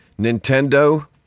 Nintendo